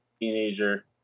teenager